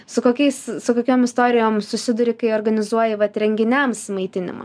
su kokiais su kokiom istorijom susiduri kai organizuoji vat renginiams maitinimą